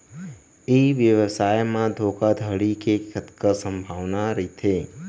ई व्यवसाय म धोका धड़ी के कतका संभावना रहिथे?